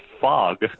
fog